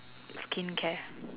skincare